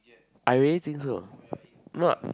I really think so no